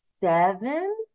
seven